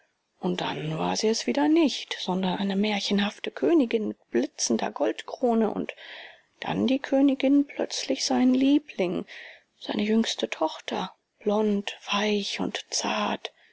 und dann war sie es wieder nicht sondern eine märchenhafte königin mit blitzender goldkrone und dann die königin plötzlich sein liebling seine jüngste tochter blond weich und zart